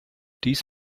dies